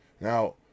Now